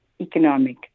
economic